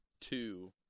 two